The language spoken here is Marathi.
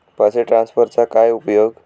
पैसे ट्रान्सफरचा काय उपयोग?